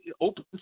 open